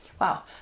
Wow